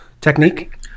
technique